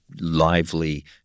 lively